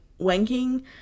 wanking